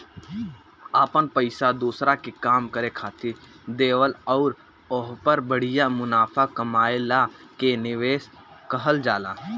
अपन पइसा दोसरा के काम करे खातिर देवल अउर ओहपर बढ़िया मुनाफा कमएला के निवेस कहल जाला